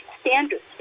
standards